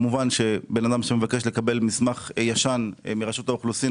בן אדם שמבקש לקבל מסמך ישן מרשות האוכלוסין,